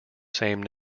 same